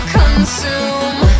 consume